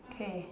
okay